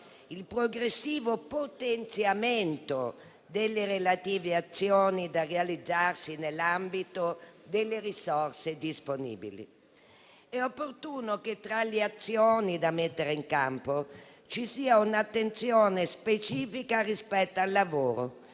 il progressivo potenziamento delle relative azioni da realizzarsi nell'ambito delle risorse disponibili. È opportuno che, tra le azioni da mettere in campo, ci sia un'attenzione specifica rispetto al lavoro,